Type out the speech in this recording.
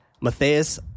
Matthias